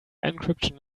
encryption